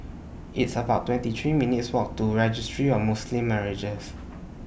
It's about twenty three minutes' Walk to Registry of Muslim Marriages